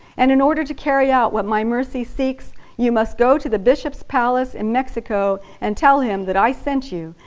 and in order to carry out what my mercy seeks, you must go to the bishop's palace in mexico and tell him that i sent you,